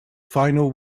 final